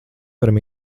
varam